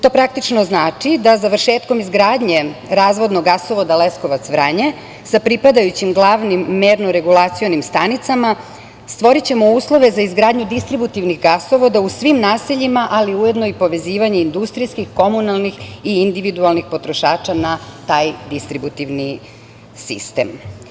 To praktično znači da završetkom izgradnje razvodnog gasovoda Leskovac-Vranje, sa pripadajućim glavnim merno-regulacionim stanicama, stvorićemo uslove za izgradnju distributivnih gasovoda u svim naseljima, ali ujedno i povezivanje industrijskih, komunalnih i individualnih potrošača na taj distributivni sistem.